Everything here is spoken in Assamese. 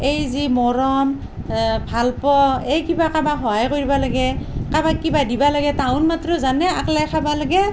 এই যি মৰম ভালপোৱা এই কিবা কাৰবাক সহায় কৰিবা লাগে কাৰবাক কিবা দিবা লাগে তাহুন মাত্ৰ জানে আকলাই খাবা লাগে